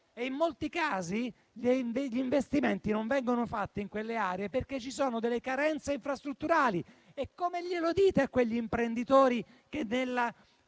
e in molti casi gli investimenti non vengono fatti in quelle aree perché ci sono delle carenze infrastrutturali. Come glielo dite a quegli imprenditori che